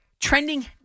trending